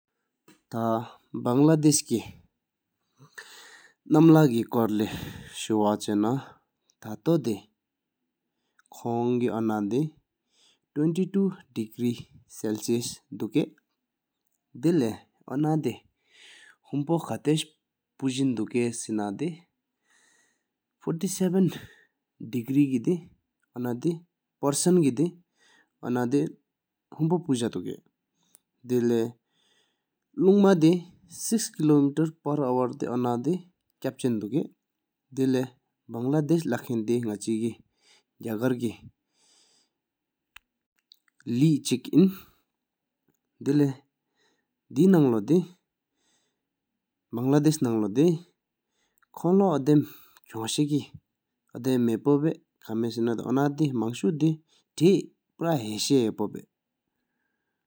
ཐ བང་ག་ལེགས་ཀྱེ་གཉིས་ཀྱེ་གཅིག ལྷ་ཀྱེ་ཁོར་ལས་ཤུ་ཝ་ཅེ་ནང་ཐ་སྟོད་གང་གི་དེབ ཆུཉ་གསུམ་གང་དཔྱ ག། དཀྱིྟའི་ཡི་ནང་གཅུ་གསུམ་ཉིག་སྟོད་སུམ་ལེབ་ཚ་སྟོད་ཆུ་ལེབ་ཙུགས ཅེ་ནད་ནང་དེ་སར་དྲུབས་ཟུགས ལེབ་སྐྱོན་མང་འབག་ཐི་ཁེ དཀྱིྟའི་ལེབ་ཁོང་ཁྱབ་བསྟུམས ཆུ་གསུམ་སྐམ་ལེ཭་དུ་བཟོཔ་པའི་ ལ་ ཕྱ་ཚགསམ་དུ་ཤོགས། ད དྷར་སྒས་ལེ་ཀུལ་ཤང་ཀྱི་ལ་ཀྱེ་ཆ་ཕྱི་ལའི་ཧུམ་ལེ་ཆེང་ཆུ་རྲི་གྲོག་འཇོས་ཨི་འཚེས་དུས་ཁྲོད་ལག་ཀྱེ་ནང་ལག་ཀྱེ་ཁོང་ལ་མག་གཉི་མའི་གནས་མ་ནང་འོད་དེན་ལམ། ཐོས་ར་འབྲུས་ཁོང་པའི་ར་ལག་ཀྱེ་འི་ལག་འག་འགྲུབ་མག་ཚང་ཆེན་ཅུ ཧིར་ལེའུ་གཅོན་རེས་དེབ་བསུན་བསྟུམས ཆུ་འོང་བས་ཚེམ་མའི་ཁོང་དང་སྔོན་ལེ་བཟོཔ་པའི་གཅུན་ཚནང་ལཀ་ཁི།